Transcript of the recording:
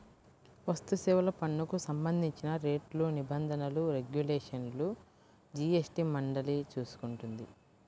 వస్తుసేవల పన్నుకు సంబంధించిన రేట్లు, నిబంధనలు, రెగ్యులేషన్లను జీఎస్టీ మండలి చూసుకుంటుంది